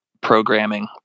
programming